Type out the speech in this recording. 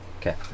Okay